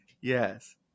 Yes